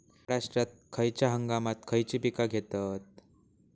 महाराष्ट्रात खयच्या हंगामांत खयची पीका घेतत?